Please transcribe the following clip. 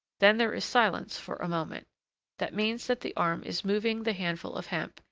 then there is silence for a moment that means that the arm is moving the handful of hemp,